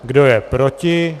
Kdo je proti?